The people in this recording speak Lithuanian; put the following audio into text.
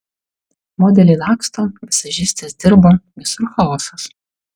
modeliai laksto vizažistės dirba visur chaosas